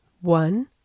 One